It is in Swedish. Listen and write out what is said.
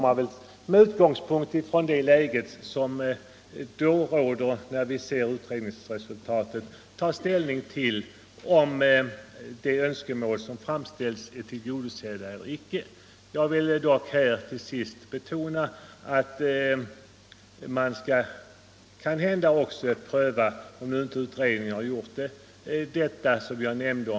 Med utgångspunkt i det läge som råder när vi ser utredningsresultatet får vi ta ställning till om de önskemål som framställts har tillgodosetts eller inte. Jag vill till sist betona önskvärdheten av att vi också prövar ett sådant kontrollorgan som jag nyss nämnde.